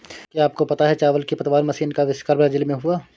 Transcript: क्या आपको पता है चावल की पतवार मशीन का अविष्कार ब्राज़ील में हुआ